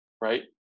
right